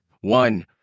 One